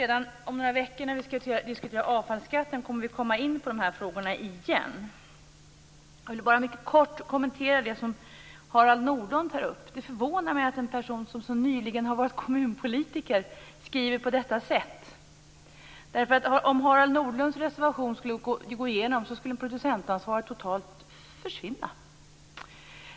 Redan om några veckor, när vi skall diskutera avfallsskatten, kommer vi att komma in på de här frågorna igen. Jag vill bara mycket kort kommentera det som Harald Nordlund tar upp. Det förvånar mig att en person som så nyligen har varit kommunpolitiker skriver på detta sätt. Om Harald Nordlunds reservation skulle gå igenom skulle producentansvaret totalt försvinna.